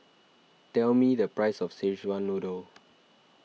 tell me the price of Szechuan Noodle